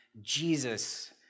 Jesus